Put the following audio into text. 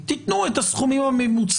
אנחנו צריכים לזכור שכשכחייב מגיע